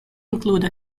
include